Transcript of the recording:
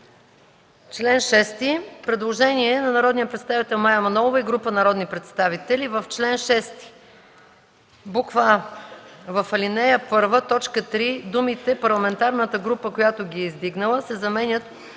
чл. 6 има предложение от народния представител Мая Манолова и група народни представители: „В чл. 6: а) в ал. 1, т. 3 думите „парламентарната група, която ги е издигнала” се заменят